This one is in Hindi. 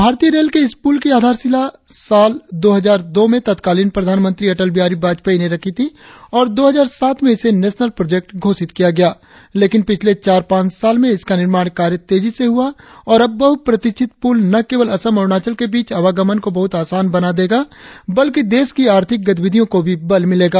भारतीय रेल के इस पुल की आधारशिला साल दो हजार दो में तत्कालीन प्रधानमंत्री अटल बिहारी वाजपेयी ने रखी थी और दो हजार सात में इसे नेशनल प्रोजेक्ट घोषित किया गया लेकिन पिछले चार पांच साल से इसका निर्माण तेजी से हुआ और अब बहुप्रतिक्षित पुल न केवल असम अरुणाचल के बीच आवागमन को बहुत आसान बना देगा बल्कि देश की आर्थिक गतिविधियों को भी बल मिलेगा